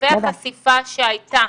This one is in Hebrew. היקפי החשיפה שהייתה